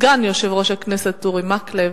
סגן יושב-ראש הכנסת אורי מקלב.